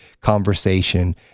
conversation